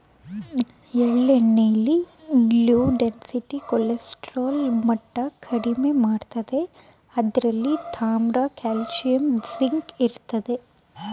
ಎಳ್ಳೆಣ್ಣೆಲಿ low density cholesterol ಮಟ್ಟ ಕಡಿಮೆ ಮಾಡ್ತದೆ ಇದ್ರಲ್ಲಿ ತಾಮ್ರ ಕಾಲ್ಸಿಯಂ ಜಿಂಕ್ ಇರ್ತದೆ